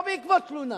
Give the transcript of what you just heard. לא בעקבות תלונה.